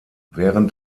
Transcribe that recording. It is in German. während